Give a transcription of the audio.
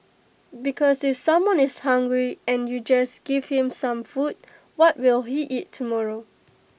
because if someone is hungry and you just give him some food what will he eat tomorrow